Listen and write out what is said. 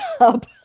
up